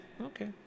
Okay